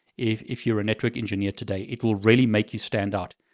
if if you're a network engineer today, it will really make you stand out.